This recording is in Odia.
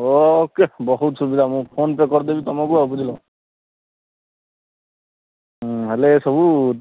ହୋଉ ବହୁତ ସୁବିଧା ମୁଁ ଫୋନ ପେ କରିଦେବି ବୁଝିଲ